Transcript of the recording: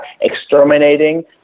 exterminating